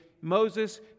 Moses